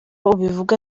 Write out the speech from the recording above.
ubivuga